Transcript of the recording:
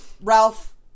ralph